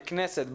ככנסת,